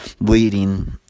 bleeding